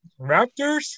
Raptors